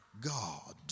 God